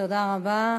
תודה רבה.